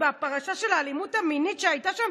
בפרשה של האלימות המינית שהייתה שם?